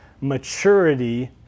maturity